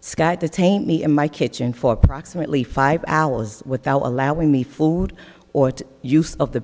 scott detained me in my kitchen for approximately five hours without allowing me food or use of the